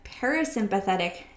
parasympathetic